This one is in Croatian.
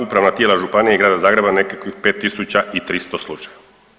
Upravna tijela županija i Grada Zagreba nekakvih 5.300 slučajeva.